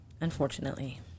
Unfortunately